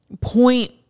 point